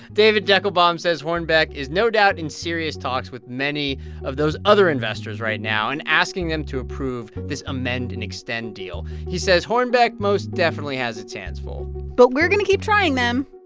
david deckelbaum says hornbeck is no doubt in serious talks with many of those other investors right now and asking them to approve this amend and extend deal. he says hornbeck most definitely has its hands full but we're going to keep trying them